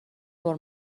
بار